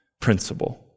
principle